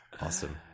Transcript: awesome